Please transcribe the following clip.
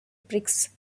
bricks